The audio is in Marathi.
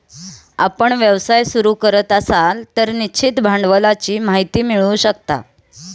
आपण व्यवसाय सुरू करत असाल तर निश्चित भांडवलाची माहिती मिळवू शकता